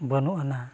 ᱵᱟᱹᱱᱩᱜ ᱟᱱᱟ